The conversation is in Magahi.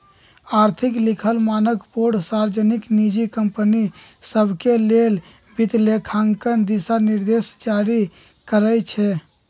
आर्थिक लिखल मानकबोर्ड सार्वजनिक, निजी कंपनि सभके लेल वित्तलेखांकन दिशानिर्देश जारी करइ छै